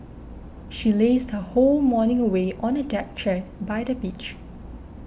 she lazed her whole morning away on a deck chair by the beach